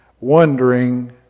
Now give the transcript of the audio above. wondering